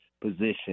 position